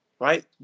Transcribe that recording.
right